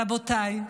רבותיי,